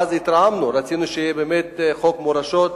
ואז התרעמנו, רצינו שיהיה באמת חוק מורשות ישראל,